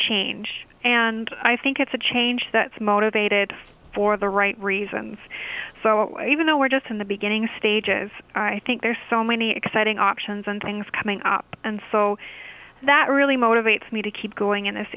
change and i think it's a change that's motivated for the right reasons so even though we're just in the beginning stages i think there's so many exciting options and things coming up and so that really motivates me to keep going in this